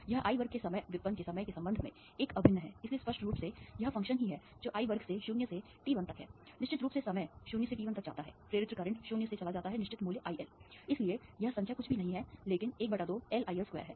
यह I वर्ग के समय व्युत्पन्न के समय के संबंध में एक अभिन्न है इसलिए स्पष्ट रूप से यह फ़ंक्शन ही है जो I वर्ग से 0 से t1 तक है निश्चित रूप से समय 0 से t1 तक जाता है प्रेरित्र करंट 0 से चला जाता है निश्चित मूल्य IL इसलिए यह संख्या कुछ भी नहीं है लेकिन ½LIL2 है